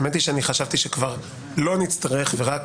האמת היא שכבר חשבתי שלא נצטרך, וזה רק